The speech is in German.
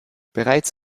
bereits